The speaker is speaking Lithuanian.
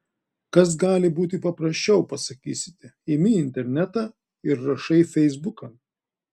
kas gali būti paprasčiau pasakysite imi internetą ir rašai feisbukan